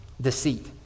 deceit